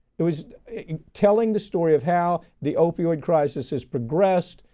it was telling the story of how the opioid crisis has progressed,